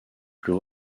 plus